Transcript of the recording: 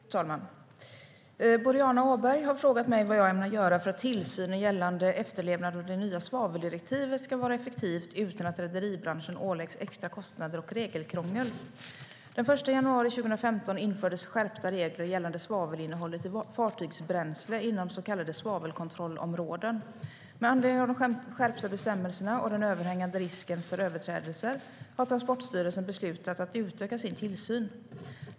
Fru talman! Boriana Åberg har frågat mig vad jag ämnar göra för att tillsynen gällande efterlevnad av det nya svaveldirektivet ska vara effektiv utan att rederibranschen åläggs extra kostnader och regelkrångel. Den 1 januari 2015 infördes skärpta regler gällande svavelinnehållet i fartygsbränsle inom så kallade svavelkontrollområden. Med anledning av de skärpta bestämmelserna, och den överhängande risken för överträdelser, har Transportstyrelsen beslutat att utöka sin tillsyn.